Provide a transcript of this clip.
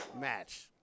match